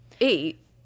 eight